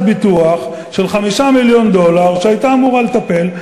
ביטוח של 5 מיליון דולר שהייתה אמורה לטפל,